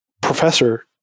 professor